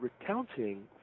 recounting